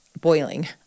boiling